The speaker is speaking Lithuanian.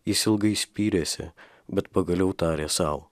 jis ilgai spyrėsi bet pagaliau tarė sau